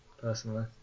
personally